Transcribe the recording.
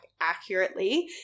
accurately